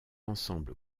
ensemble